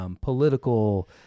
political